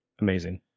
amazing